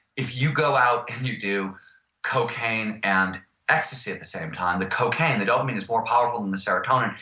if you go out and you do cocaine and ecstasy at the same time, the cocaine, the dopamine, is more powerful than the serotonin.